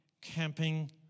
camping